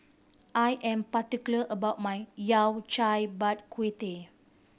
I am particular about my Yao Cai Bak Kut Teh